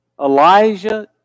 Elijah